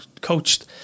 coached